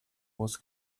was